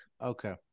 okay